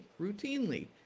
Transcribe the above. routinely